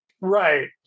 Right